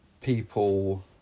people